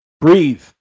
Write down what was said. Breathe